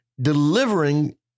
delivering